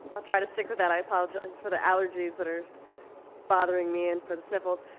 i'll try to stick with that i apologize for the allergies that are bothering me and for the sniffles